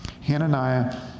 hananiah